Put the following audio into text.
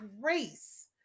grace